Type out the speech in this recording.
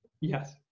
Yes